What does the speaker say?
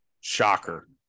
shocker